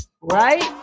right